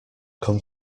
come